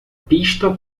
pista